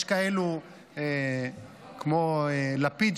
יש כאלה כמו לפיד,